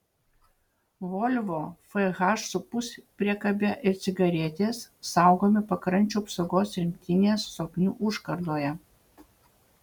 volvo fh su puspriekabe ir cigaretės saugomi pakrančių apsaugos rinktinės zoknių užkardoje